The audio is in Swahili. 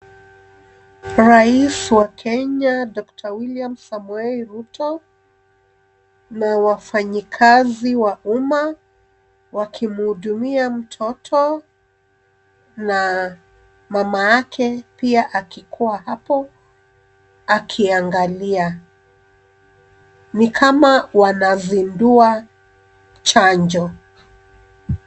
Rais wa Kenya, Doctor William Samoei Ruto na wafanyikazi wa umma wakimhudumia mtoto na mama yake pia akikuwa hapo akiangalia. Ni kama wanazindua chanjo.